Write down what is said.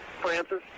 Francis